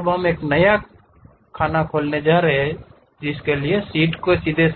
अब हम एक नया खोलने के लिए इस शीट को सीधे